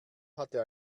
hatte